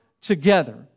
together